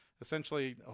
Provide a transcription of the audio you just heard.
essentially